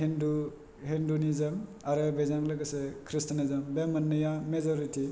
हिन्दु हिन्दुनिजोम आरो बेजों लोगोसे ख्रिस्टियानिजोम बे मोन्नैया मेजरिटि